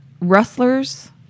Rustlers